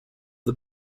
the